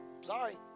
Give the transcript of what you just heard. Sorry